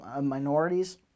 minorities